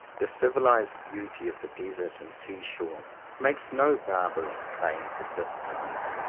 the civilized beauty of the desert and sea-shore makes no barbarous claims of this kind.